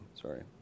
Sorry